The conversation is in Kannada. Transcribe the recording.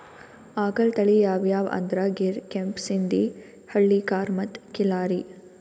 ಆಕಳ್ ತಳಿ ಯಾವ್ಯಾವ್ ಅಂದ್ರ ಗೀರ್, ಕೆಂಪ್ ಸಿಂಧಿ, ಹಳ್ಳಿಕಾರ್ ಮತ್ತ್ ಖಿಲ್ಲಾರಿ